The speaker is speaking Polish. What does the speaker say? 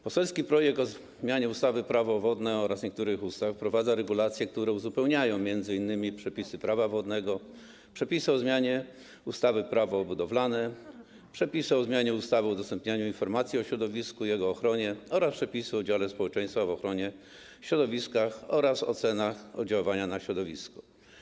Poselski projekt o zmianie ustawy - Prawo wodne oraz niektórych ustaw wprowadza regulacje, które uzupełniają m.in. przepisy Prawa wodnego, przepisy dotyczące zmiany ustawy - Prawo budowlane i ustawy o udostępnianiu informacji o środowisku i jego ochronie, udziale społeczeństwa w ochronie środowiska oraz o ocenach oddziaływania na środowisko.